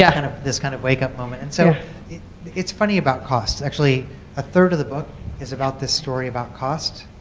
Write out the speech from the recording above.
yeah kind of this kind of wake up moment. and so it's funny about the costs. actually a third of the book is about this story about cost.